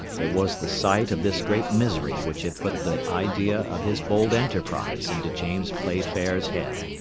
it was the sight of this great misery which had put the idea of his bold enterprise into james playfair's head.